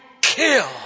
kill